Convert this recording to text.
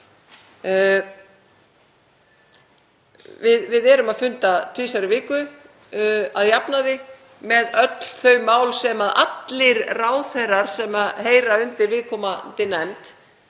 Við erum að funda tvisvar í viku að jafnaði með öll þau mál sem öllum ráðherrum sem heyra undir viðkomandi nefnd